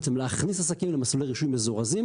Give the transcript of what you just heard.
בעצם להכניס עסקים למסלולי רישוי מזורזים